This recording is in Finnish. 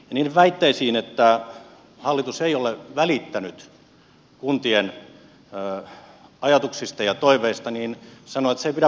niihin väitteisiin että hallitus ei ole välittänyt kuntien ajatuksista ja toiveista sanon että se ei pidä paikkaansa